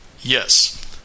yes